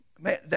man